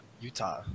Utah